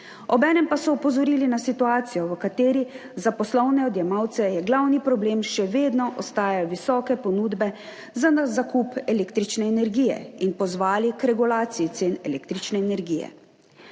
Obenem pa so opozorili na situacijo, v kateri za poslovne odjemalce glavni problem še vedno ostajajo visoke ponudbe za zakup električne energije in pozvali k regulaciji cen električne energije.